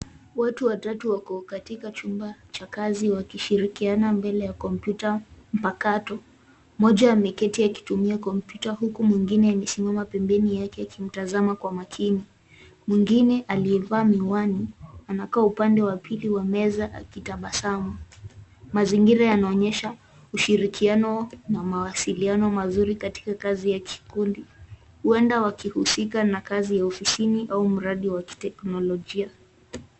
Watu watatu wako kwenye chumba cha kazi wakishirikiana mbele ya kompyuta mpakato. Mmoja ameketi akitumia kompyuta huku mwingine amesimama pembeni yake akimtazama kwa makini. Mwingine aliyevaa miwani anakaa upande wa pili wa meza akitabasamu. Mazingira yanaonyesha ushirikiano wa mawasiliano mazuri katika kazi ya kikundi huenda wakihusika na kazi ya ofisini au mradi wa kiteknolojia.